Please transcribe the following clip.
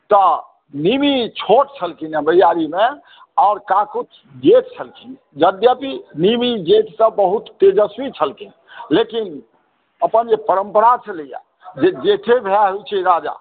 तऽ निमि छोट छलखिन भैयारीमे और काकुस्थ जेठ छलखिन यद्यपि निमि जेठ सॅं बहुत तेजस्वी छलखिन लेकिन अपन जे परम्परा छलैया जे जेठे भाय होइ छै राजा